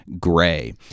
gray